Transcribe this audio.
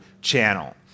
channel